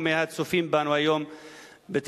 או מהצופים בנו היום בטלוויזיה.